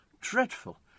Dreadful